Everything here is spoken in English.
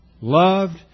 loved